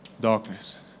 darkness